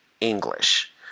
English